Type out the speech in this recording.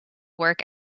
work